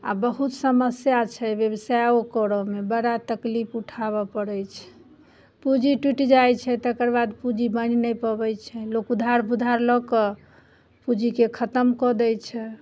आब बहुत समस्या छै बेवसाइओ करैमे बड़ा तकलीफ उठाबऽ पड़ै छै पूँजी टुटि जाइ छै तकर बाद पूँजी बनि नहि पाबै छै लोक उधार पुधार लऽ कऽ पूँजीके खतम कऽ दै छै